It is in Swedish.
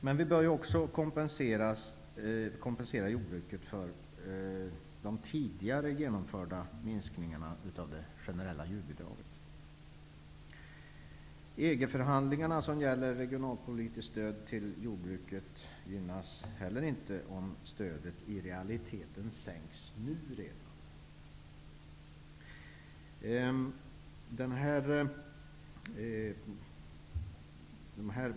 Men vi bör också kompensera jordbruket för de tidigare genomförda minskningarna av det generella djurbidraget. EG-förhandlingarna, som gäller regionalpolitiskt stöd till jordbruket, gynnas heller inte om stödet i realiteten sänks redan nu.